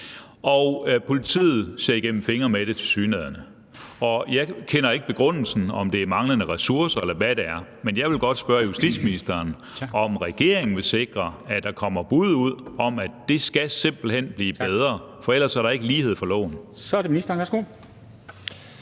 ser igennem fingre med det. Jeg kender ikke begrundelsen – om der er tale om manglende ressourcer, eller hvad det er – men jeg vil godt spørge justitsministeren, om regeringen vil sikre, at der kommer bud ud om, at det simpelt hen skal blive bedre, for ellers er der ikke lighed for loven. Kl. 14:02 Formanden (Henrik